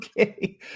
Okay